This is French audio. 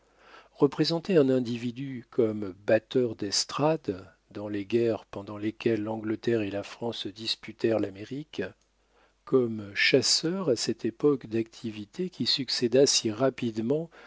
représenter un individu comme batteur destrade dans les guerres pendant lesquelles l'angleterre et la france se disputèrent l'amérique comme chasseur à cette époque d'activité qui succéda si rapidement